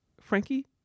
Frankie